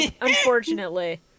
unfortunately